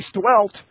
dwelt